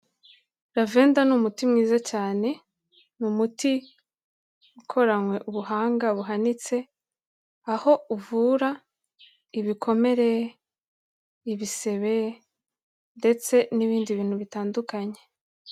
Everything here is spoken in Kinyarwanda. Lavender ni umuti mwiza cyane, ni umuti ukoranywe ubuhanga buhanitse aho uvura ibikomere, ibisebe ndetse n'ibindi bintu bitandukanye.